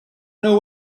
know